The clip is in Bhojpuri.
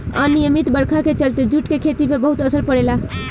अनिमयित बरखा के चलते जूट के खेती पर बहुत असर पड़ेला